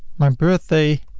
my birthday.